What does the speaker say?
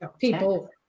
people